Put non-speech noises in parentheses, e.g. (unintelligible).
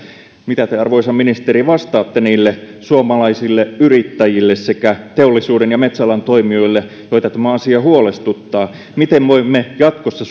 mitä te arvoisa ministeri vastaatte niille suomalaisille yrittäjille sekä teollisuuden ja metsäalan toimijoille joita tämä asia huolestuttaa siitä miten voimme jatkossa (unintelligible)